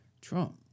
Trump